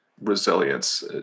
resilience